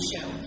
show